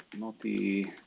multi